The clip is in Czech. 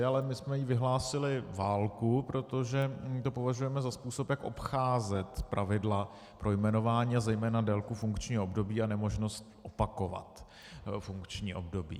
Ale my jsme jí vyhlásili válku, protože to považujeme za způsob, jak obcházet pravidla pro jmenování a zejména délku funkčního období a nemožnost opakovat funkční období.